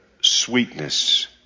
sweetness